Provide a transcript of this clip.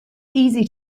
easy